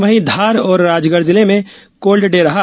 वहीं धार और राजगढ़ जिले में कोल्ड डे रहा